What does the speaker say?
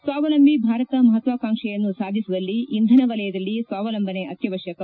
ಸ್ವಾವಲಂಬಿ ಭಾರತ ಮಹತ್ವಾಕಾಂಕ್ಷೆಯನ್ನು ಸಾಧಿಸುವಲ್ಲಿ ಇಂಧನ ವಲಯದಲ್ಲಿ ಸ್ವಾವಲಂಬನೆ ಅತ್ತವಶ್ಯಕ